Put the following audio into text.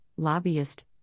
lobbyist